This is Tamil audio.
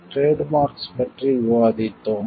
டிரேட் மார்க்ஸ் பற்றி விவாதித்தோம்